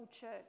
church